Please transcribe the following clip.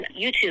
YouTube